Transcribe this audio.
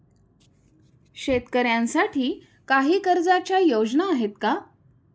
शेतकऱ्यांसाठी काही कर्जाच्या योजना आहेत का?